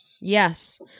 Yes